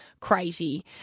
Crazy